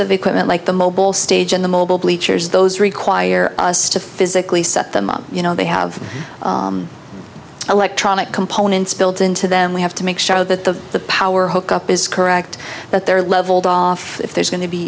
of equipment like the mobile stage and the mobile bleachers those require us to physically set them up you know they have electronic components built into them we have to make sure that the the power hookup is correct that they're leveled off if there's going to be